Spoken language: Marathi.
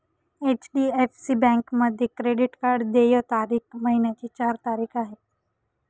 एच.डी.एफ.सी बँकेमध्ये क्रेडिट कार्ड देय तारीख महिन्याची चार तारीख आहे